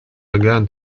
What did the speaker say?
began